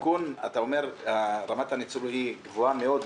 בשיכון אתה אומר: רמת הניצול היא גבוהה מאוד,